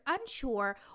unsure